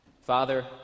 Father